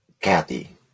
Kathy